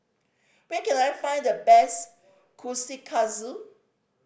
where can I find the best Kushikatsu